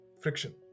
friction